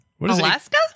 Alaska